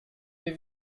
vais